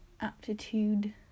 aptitude